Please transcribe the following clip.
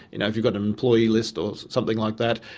you know if you've got an employee list or something like that,